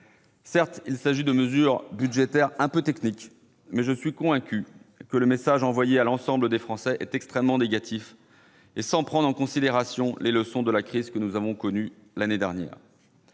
Certes, il s'agit de mesures budgétaires un peu techniques, mais je suis convaincu que le message envoyé à l'ensemble des Français est extrêmement négatif ; les leçons de la crise que nous avons connue l'année dernière